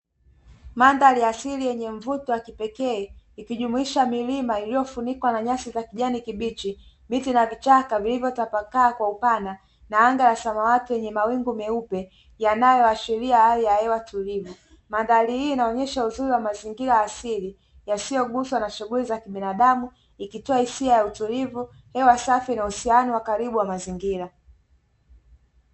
Mandhari asili yenye mvuto wa kipekee ukijumuisha milima iliyofunikwa na nyasi za kijani kibichi miti na vichaka vilivyotapakaa kwa upana, na anga ya samawati yenye mawimbi meupe yanayoashiria hali ya hewa tulivu, madhari hii inaonyesha uzuri wa mazingira asili yanayozungukwa na shughuli za kibinadamu ikitoa hisia ya utulivu hewa safi na uhusiano wa karibu wa mazingira.